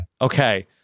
Okay